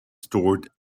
stored